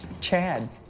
Chad